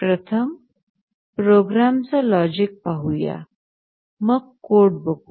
प्रथम प्रोग्रामच लॉजिक पाहूया मग कोड बघू